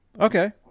Okay